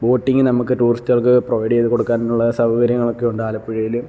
boating നമുക്ക് ടൂറിസ്റ്റുകൾക്ക് provide ചെയ്ത് കൊടുക്കാനുള്ള സൗകര്യങ്ങളൊക്കെ ഉണ്ട് ആലപ്പുഴയിൽ